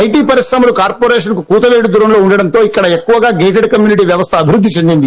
IT పరిశ్రమలు కార్పొరేషన్కు కూతవేటు దూరంలో ఉండడంతో ఇక్కడ ఎక్కువగా గేటెడ్ కమ్యూనిటీ వ్యవస్థ అభివృద్ధి చెందింది